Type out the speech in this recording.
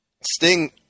Sting